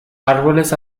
árboles